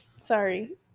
Sorry